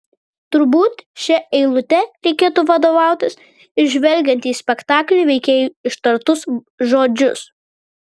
turbūt šia eilute reikėtų vadovautis ir žvelgiant į spektaklio veikėjų ištartus žodžius